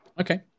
Okay